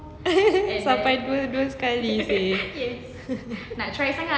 sampai dua-dua sekali seh